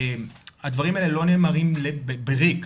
הדברים האלה לא נאמרים בריק.